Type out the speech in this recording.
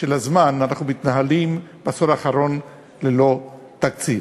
מהזמן אנחנו מתנהלים, בעשור האחרון, ללא תקציב.